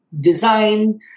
design